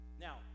Now